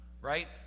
right